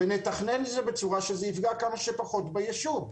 ונתכנן את זה בצורה שזה יפגע כמה שפחות ביישוב.